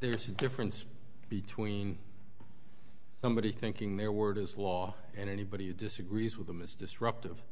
there's a difference between somebody thinking their word is law and anybody who disagrees with them is disruptive